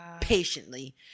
patiently